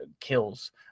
kills